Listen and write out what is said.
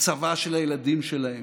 הצבא של הילדים שלהם,